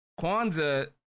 Kwanzaa